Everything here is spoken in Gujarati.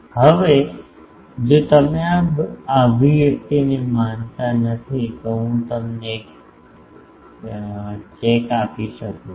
હવે જો તમે આ અભિવ્યક્તિને માનતા નથી તો હું તમને એક ચેક આપી શકું છું